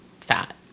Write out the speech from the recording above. fat